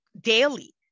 daily